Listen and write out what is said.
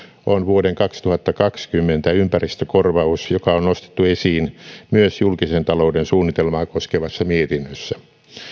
on vuoden kaksituhattakaksikymmentä ympäristökorvaus joka on nostettu esiin myös julkisen talouden suunnitelmaa koskevassa mietinnössä